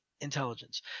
intelligence